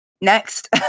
next